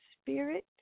spirit